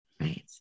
Right